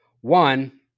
one